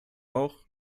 auch